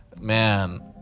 Man